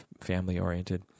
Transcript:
family-oriented